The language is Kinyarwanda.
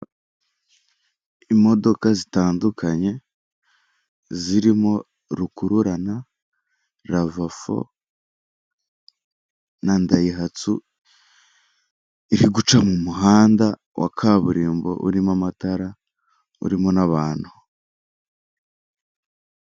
Icyumba cy'inama kirimo abayitabiriye bari mu mwambaro usa w'umweruru imipira y'umweru, ameza ariho ibitambaro by'umukara, hariho amazi n'udutabo n'intebe ziri mu ibara ry'umutuku imbere yabo hari porojegiteri, ikimurika kibereka ingingo bari bwigeho cyangwa ibyo bari kwigaho.